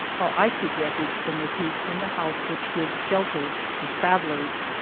while i seek refuge from the heat in the house which gives shelter to travel lers.